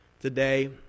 today